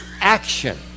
action